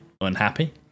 unhappy